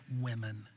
women